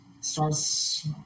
Starts